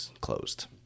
closed